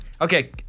Okay